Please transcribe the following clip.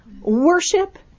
Worship